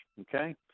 Okay